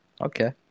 Okay